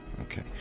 Okay